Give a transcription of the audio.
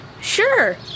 sure